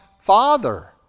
Father